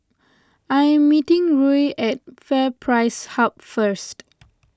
I am meeting Ruie at FairPrice Hub first